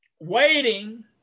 waiting